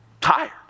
tired